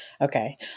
Okay